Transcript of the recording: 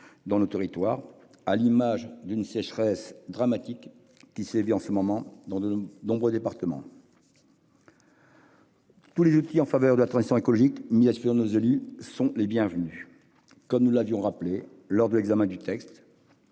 dans nos territoires, à l'image de la sécheresse dramatique qui sévit en ce moment même dans de nombreux départements. Tous les outils en faveur de la transition écologique mis à la disposition de nos élus sont les bienvenus. Comme nous l'avons rappelé lors de l'examen du texte,